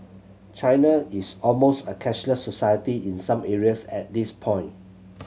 China is almost a cashless society in some areas at this point